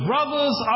Brothers